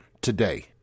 today